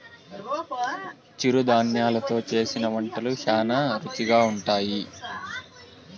చిరుధాన్యలు తో చేసిన వంటలు శ్యానా రుచిగా ఉంటాయి